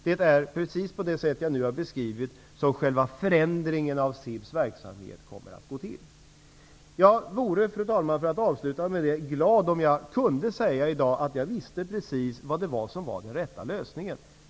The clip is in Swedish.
Det är precis på det sätt som jag nu har beskrivit som själva förändringen av SIB:s verksamhet kommer att gå till. Fru talman! Jag skulle vara glad om jag i dag kunde säga om jag visste precis vilken som är den rätta lösningen.